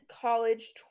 College